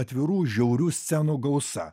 atvirų žiaurių scenų gausa